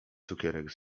cukierek